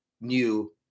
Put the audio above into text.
new